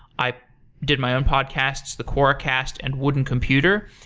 i did my own podcasts, the quoracast and wooden computer.